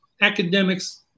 academics